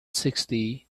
sixty